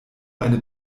eine